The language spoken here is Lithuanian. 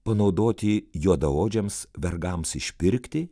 panaudoti juodaodžiams vergams išpirkti